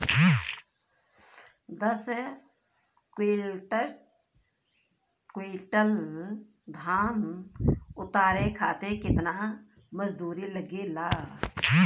दस क्विंटल धान उतारे खातिर कितना मजदूरी लगे ला?